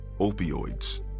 opioids